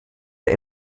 der